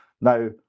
now